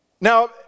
Now